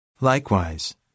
Likewise